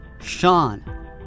Sean